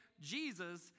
Jesus